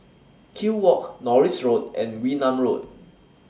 Kew Walk Norris Road and Wee Nam Road